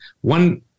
one